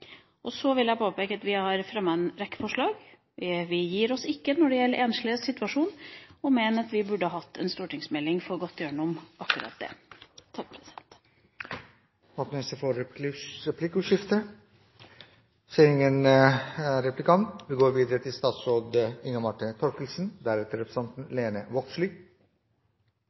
finnes. Så vil jeg påpeke at vi har fremmet en rekke forslag. Vi gir oss ikke når det gjelder ensliges situasjon, og mener at vi burde hatt en stortingsmelding for å gå gjennom akkurat det. Vi går